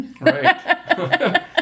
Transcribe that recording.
Right